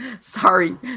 sorry